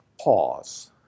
pause